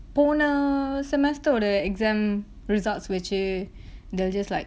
போன:pona semester ஒரு:oru exam results வெச்சு:vechu they'll just like